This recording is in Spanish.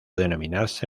denominarse